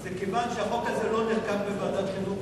זה כיוון שהחוק הזה לא נחקק בוועדת החינוך.